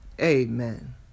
amen